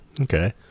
Okay